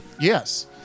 Yes